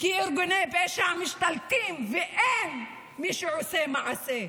כי ארגוני פשע משתלטים, ואין מי שעושה מעשה.